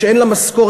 שאין להם משכורת,